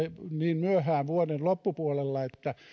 niin myöhään vuoden loppupuolella että